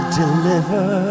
deliver